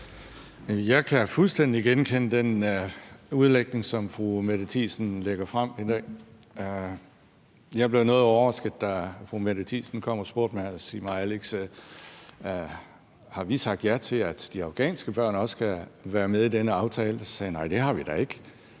Jeg kan fuldstændig genkende den udlægning, som fru Mette Thiesen lægger frem i dag. Jeg blev noget overrasket, da fru Mette Thiesen kom og spurgte mig: Sig mig, Alex, har vi sagt ja til, at de afghanske børn også skal være med i denne aftale? Så sagde jeg: Nej, det har vi da ikke.